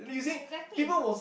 exactly